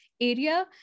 area